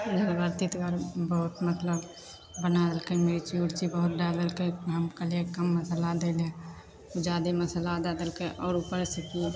झलगर तितगर बहुत मतलब बना देलकै मिरची उरची बहुत डालि देलकै हम कहलिए कम मसाला दैले ओ जादे मसाला दै देलकै आओर उपरसे कि